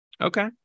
Okay